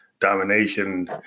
domination